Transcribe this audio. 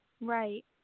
Right